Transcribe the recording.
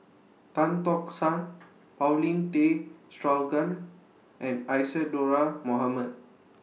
Tan Tock San Paulin Tay Straughan and Isadhora Mohamed